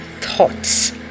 thoughts